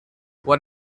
what